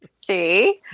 See